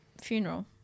funeral